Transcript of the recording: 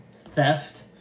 theft